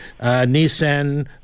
Nissan